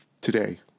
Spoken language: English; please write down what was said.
today